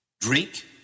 Drink